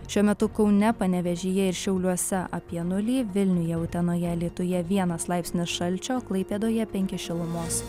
šiuo metu kaune panevėžyje ir šiauliuose apie nulį vilniuje utenoje alytuje vienas laipsnis šalčio klaipėdoje penki šilumos